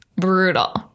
brutal